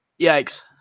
Yikes